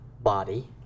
body